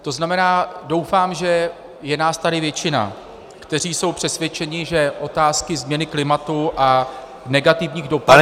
To znamená, doufám, že je nás tady většina, kteří jsou přesvědčeni, že otázky změny klimatu a negativních dopadů